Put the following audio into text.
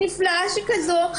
נפלאה שכזו,